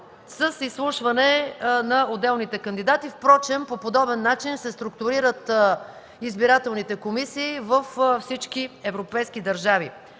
с изслушване на отделните кандидати. Впрочем по подобен начин се структурират избирателните комисии във всички европейски държави.